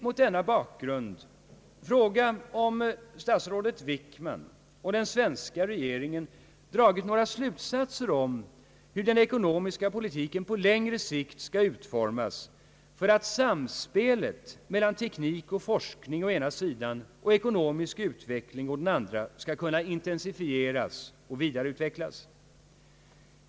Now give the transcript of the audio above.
Mot denna bakgrund vill jag fråga om statrådet Wickman och den svenska regeringen i Övrigt dragit några slutsatser om hur den ekonomiska politiken på längre sikt skall utformas för att samspelet mellan teknik och forskning å ena sidan och ekonomisk utveckling å den andra skall kunna intensifieras och vidareutvecklas.